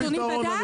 אדוני בדק?